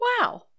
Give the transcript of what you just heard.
wow